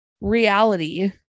reality